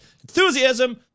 Enthusiasm